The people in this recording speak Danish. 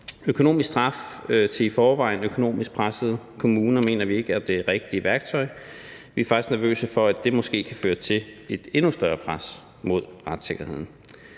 økonomisk straf til i forvejen økonomisk pressede kommuner mener vi ikke er det rigtige værktøj. Vi er faktisk nervøse for, at det måske kan føre til et endnu større pres mod retssikkerheden,